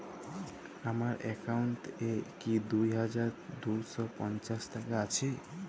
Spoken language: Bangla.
আমার অ্যাকাউন্ট এ কি দুই হাজার দুই শ পঞ্চাশ টাকা আছে?